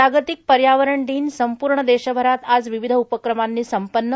जागतिक पर्यावरण दिन संपूर्ण देशभरात आज विविध उपक्रमांनी संपन्न